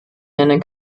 nennen